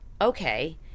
okay